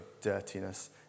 dirtiness